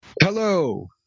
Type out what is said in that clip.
Hello